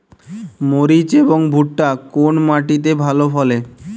মরিচ এবং ভুট্টা কোন মাটি তে ভালো ফলে?